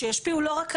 שישפיעו לא רק עלינו,